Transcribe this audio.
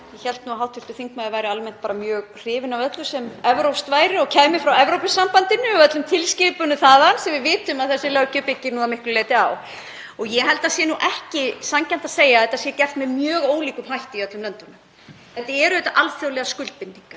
Ég hélt að hv. þingmaður væri almennt mjög hrifinn af öllu sem evrópskt væri og kæmi frá Evrópusambandinu og öllum tilskipunum þaðan sem við vitum að þessi löggjöf byggist að miklu leyti á. Ég held að það sé ekki sanngjarnt að segja að þetta sé gert með mjög ólíkum hætti í öllum löndunum. Þetta eru alþjóðlegar skuldbindingar.